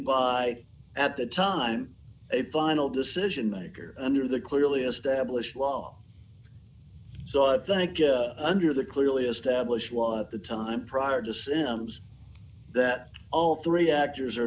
by at the time a final decision maker under the clearly established law so i think under the clearly established was at the time prior to sims that all three actors are